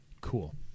Cool